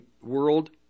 world